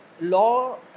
law